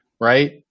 right